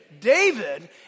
David